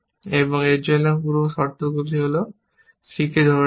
এবং এর জন্য পূর্বশর্তগুলি হল c ধরে রাখা